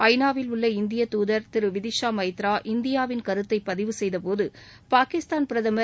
ஐ நாவில் உள்ள இந்திய துதர் விதிஷா எமத்ரா இந்தியாவின் கருத்தை பதிவு செய்த போது பாகிஸ்தான் பிரதமர்